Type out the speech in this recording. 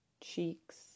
cheeks